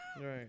Right